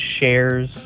shares